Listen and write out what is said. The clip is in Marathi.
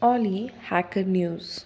ऑली हॅकरन्यूस्स्